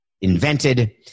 invented